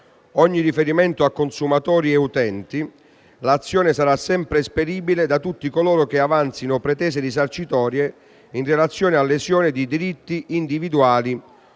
ogni riferimento a consumatori e utenti, l'azione sarà sempre esperibile da tutti coloro che avanzino pretese risarcitorie in relazione a lesione di diritti individuali